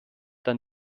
dann